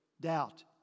doubt